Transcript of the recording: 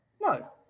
No